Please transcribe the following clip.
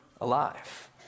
alive